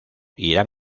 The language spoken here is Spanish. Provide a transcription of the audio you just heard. irán